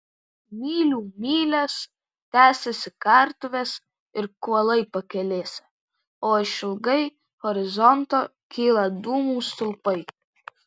mylių mylias tęsiasi kartuvės ir kuolai pakelėse o išilgai horizonto kyla dūmų stulpai